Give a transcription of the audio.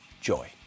joy